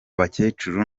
bakecuru